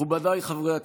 מכובדיי חברי הכנסת,